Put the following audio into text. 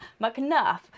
McNuff